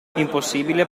impossibile